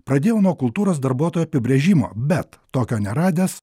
pradėjau nuo kultūros darbuotojo apibrėžimo bet tokio neradęs